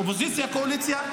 אופוזיציה קואליציה.